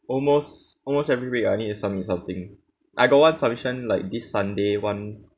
almost almost every week I need to submit something I got one submission like this sunday one